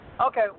Okay